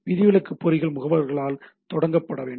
விதிவிலக்கு பொறிகள் முகவர்களால் தொடங்கப்பட வேண்டும்